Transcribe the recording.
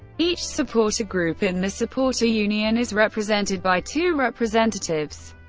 each supporter group in the supporter union is represented by two representatives.